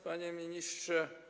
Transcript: Panie Ministrze!